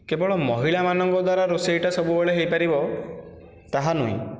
କେବଳ ମହିଳା ମାନଙ୍କ ଦ୍ୱାରା ରୋଷେଇଟା ସବୁବେଳେ ହେଇପାରିବ ତାହା ନୁହେଁ